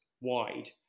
wide